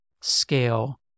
scale